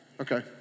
Okay